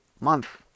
month